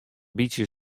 bytsje